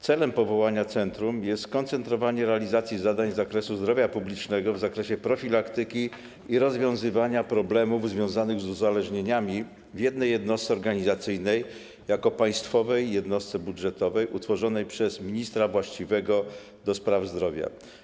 Celem powołania centrum jest skoncentrowanie realizacji zadań z zakresu zdrowia publicznego w kierunku profilaktyki i rozwiązywania problemów związanych z uzależnieniami w jednej jednostce organizacyjnej jako państwowej jednostce budżetowej, utworzonej przez ministra właściwego do spraw zdrowia.